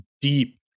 deep